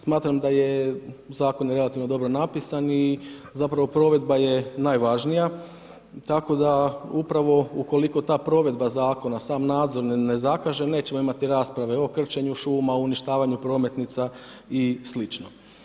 Smatram da je zakon relativno dobro napisan i zapravo provedba je najvažnija, tako da upravo ukoliko ta provedba zakona sam nadzor ne zakaže, nećemo imati rasprave o krčenju šuma, uništavanju prometnica i slično.